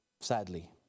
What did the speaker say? sadly